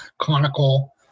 conical